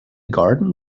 garden